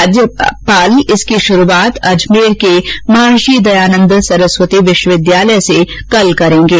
राज्यपाल इसकी शुरूआत अजमेर के महर्षि दयानन्द सरस्वती विश्वविद्यालय से करेंगे